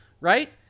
right